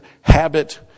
habit